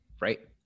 right